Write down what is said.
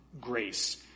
grace